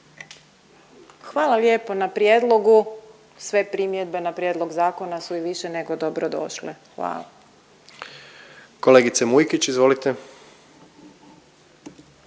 Hvala lijepo na prijedlogu, sve primjedbe na prijedlog zakona su i više nego dobrodošle, hvala. **Jandroković, Gordan